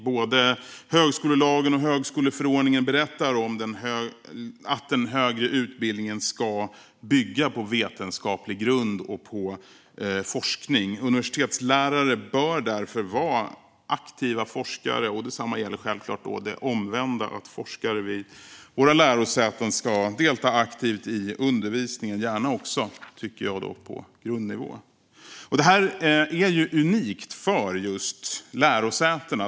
Både högskolelagen och högskoleförordningen berättar att den högre utbildningen ska bygga på vetenskaplig grund och forskning. Universitetslärare bör därför vara aktiva forskare. Detsamma gäller självklart det omvända, nämligen att forskare vid våra lärosäten ska delta aktivt i undervisningen, gärna också, tycker jag, på grundnivå. Det här är unikt för lärosätena.